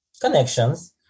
connections